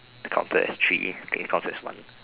the counter has three as one